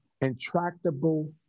intractable